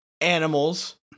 animals